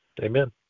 Amen